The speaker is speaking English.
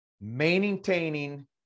maintaining